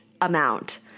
amount